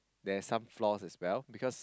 there's some flaw as well because